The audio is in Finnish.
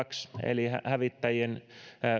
hx eli hävittäjien